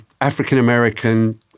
African-American